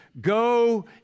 go